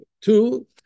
two